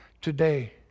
today